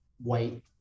white